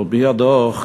על-פי הדוח,